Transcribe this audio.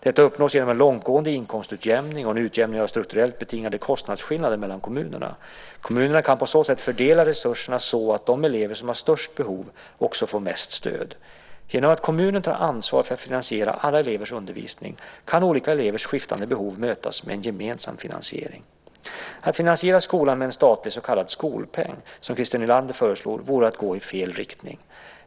Detta uppnås genom en långtgående inkomstutjämning och en utjämning av strukturellt betingade kostnadsskillnader mellan kommuner. Kommunerna kan på så sätt fördela resurserna så att de elever som har störst behov också får mest stöd. Genom att kommunen tar ansvar för att finansiera alla elevers undervisning kan olika elevers skiftande behov mötas med en gemensam finansiering. Att finansiera skolan med en statlig så kallad skolpeng, som Christer Nylander föreslår, vore att gå i fel riktning.